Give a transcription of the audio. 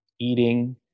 eating